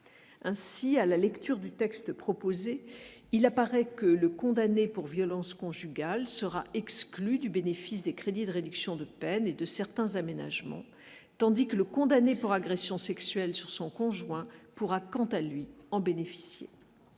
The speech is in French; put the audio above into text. ainsi à la lecture du texte proposé, il apparaît que le condamné pour violences conjugales sera exclu du bénéfice des crédits de réduction de peine et de certains aménagements, tandis que le condamné pour agression sexuelle sur son conjoint pourra quant à lui en bénéficier